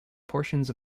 portions